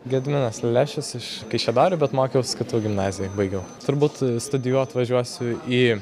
gediminas lešis iš kaišiadorių bet mokiaus ktu gimnazijoj baigiau turbūt studijuot važiuosiu į